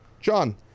John